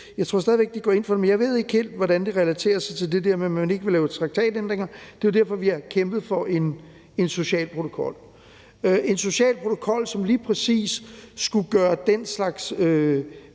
jeg tror stadig væk, at de går ind for det, men jeg ved ikke helt, hvordan det relaterer sig til det der med, at man ikke vil lave traktatændringer – har kæmpet for en social protokol, som lige præcis skulle gøre den slags